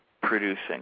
producing